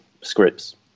scripts